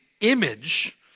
image